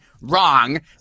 wrong